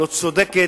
לא צודקת,